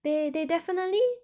they they definitely